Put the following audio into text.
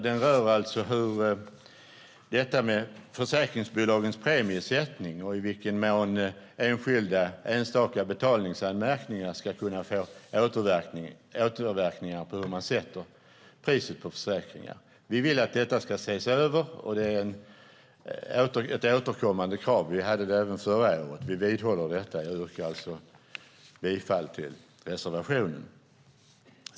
Den rör försäkringsbolagens premiesättning och i vilken mån enstaka betalningsanmärkningar ska kunna få återverkningar på hur man sätter priset på försäkringar. Vi vill att detta ska ses över. Det är ett återkommande krav. Vi ställde det även förra året, och vi vidhåller det. Jag yrkar alltså bifall till den reservationen.